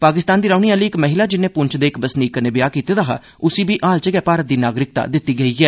पाकिस्तान दी रौहने आहली इक महिला जिन्नै पूंछ दे इक बसनीक कन्नै व्याह कीते दा हा उसी बी हाल च गै भारत दी नागरिकता दित्ती गेई ऐ